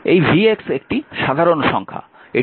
এই vx একটি সাধারণ সংখ্যা